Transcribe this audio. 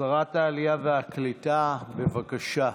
שרת העלייה והקליטה, בבקשה.